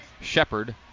Shepard